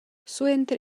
suenter